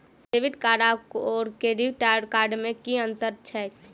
Debit card आओर credit card मे की अन्तर छैक?